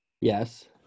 Yes